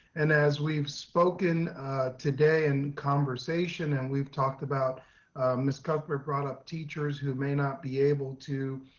and as we've spoken today in conversation, and we've talked about ms. cuthbert brought up teachers who may not be able to,